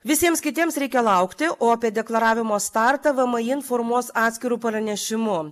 visiems kitiems reikia laukti o apie deklaravimo startą vmi informuos atskiru pranešimu